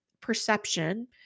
perception